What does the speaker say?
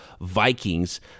Vikings